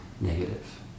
negative